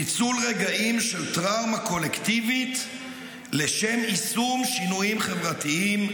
ניצול רגעים של טראומה קולקטיבית לשם יישום שינויים חברתיים,